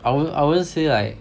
I wo~ I wouldn't say like